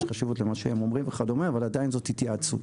יש חשיבות למה שהם אומרים וכדומה אבל עדיין זאת התייעצות.